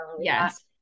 Yes